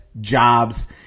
jobs